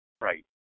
Right